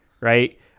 right